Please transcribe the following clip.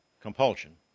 compulsion